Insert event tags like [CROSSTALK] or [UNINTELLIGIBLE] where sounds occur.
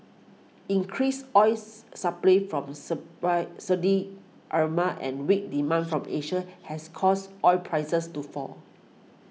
increased oil supply from [UNINTELLIGIBLE] Saudi [UNINTELLIGIBLE] and weak demand from Asia has caused oil prices to fall